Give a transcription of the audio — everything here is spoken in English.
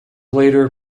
later